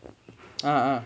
ah